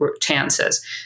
chances